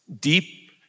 deep